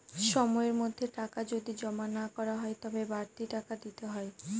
সময়ের মধ্যে টাকা যদি জমা না করা হয় তবে বাড়তি টাকা দিতে হয়